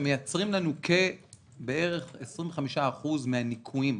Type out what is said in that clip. שמייצרים לנו כבערך 25% מהניכויים,